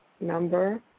number